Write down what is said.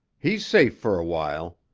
he's safe for a while.